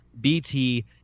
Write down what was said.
bt